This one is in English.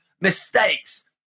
mistakes